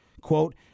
Quote